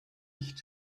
nicht